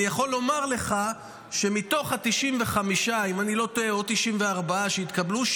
אני יכול לומר לך שמתוך ה-95 או 94 שהתקבלו,